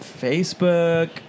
Facebook